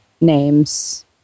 names